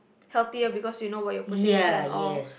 healthier because you know what you're putting inside and all